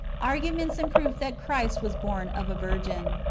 arguments in proof that christ was born of a virgin.